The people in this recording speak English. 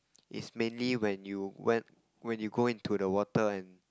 is mainly when you when when you go into the water and